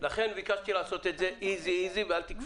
לכן ביקשתי לעשות את זה easy-easy ואל תקפצו.